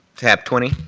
tab twenty